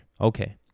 Okay